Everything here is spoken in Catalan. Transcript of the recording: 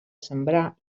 sembrar